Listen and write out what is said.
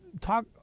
Talk